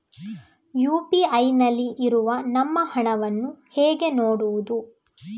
UPI ನಲ್ಲಿ ಇರುವ ನಮ್ಮ ಹಣವನ್ನು ಹೇಗೆ ನೋಡುವುದು?